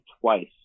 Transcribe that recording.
twice